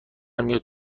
میاد